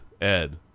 Ed